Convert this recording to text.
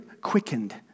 quickened